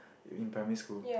in primary school